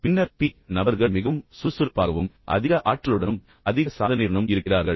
பின்னர் பி நபர்கள் மிகவும் சுறுசுறுப்பாகவும் அதிக ஆற்றலுடனும் அதிக சாதனையுடனும் இருக்கிறார்கள்